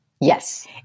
Yes